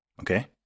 Okay